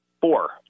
Four